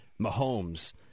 Mahomes